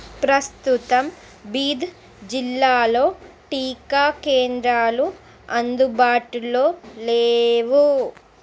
ప్రస్తుతం బిద్ జిల్లాలో టీకా కేంద్రాలు అందుబాటులో లేవు